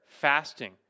fasting